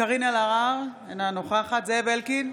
קארין אלהרר, אינה נוכחת זאב אלקין,